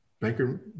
banker